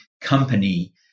company